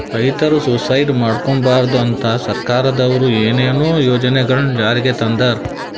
ರೈತರ್ ಸುಯಿಸೈಡ್ ಮಾಡ್ಕೋಬಾರ್ದ್ ಅಂತಾ ಸರ್ಕಾರದವ್ರು ಏನೇನೋ ಯೋಜನೆಗೊಳ್ ಜಾರಿಗೆ ತಂದಾರ್